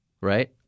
right